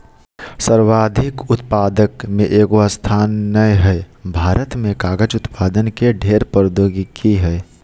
सर्वाधिक उत्पादक में एगो स्थान नय हइ, भारत में कागज उत्पादन के ढेर प्रौद्योगिकी हइ